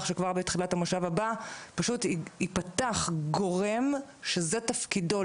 שכבר בתחילת המושב הבא פשוט ייפתח גורם שזה תפקידו,